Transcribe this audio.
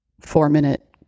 four-minute